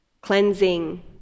cleansing